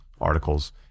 articles